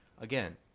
again